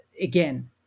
again